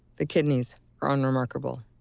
the kidneys are unremarkable.